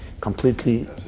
completely